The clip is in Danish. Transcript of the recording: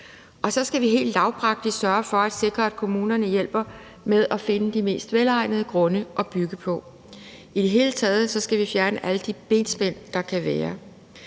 Og så skal vi helt lavpraktisk sørge for at sikre, at kommunerne hjælper med at finde de mest velegnede grunde at bygge på. I det hele taget skal vi fjerne alle de benspænd, der kan være.